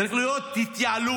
צריכה להיות התייעלות.